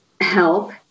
help